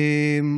100%